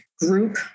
group